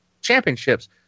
championships